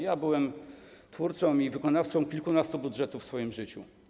Ja byłem twórcą i wykonawcą kilkunastu budżetów w swoim życiu.